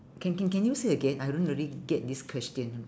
can can can you say again I don't really get this question